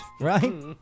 right